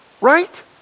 Right